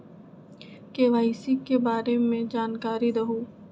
KYC के बारे में जानकारी दहु?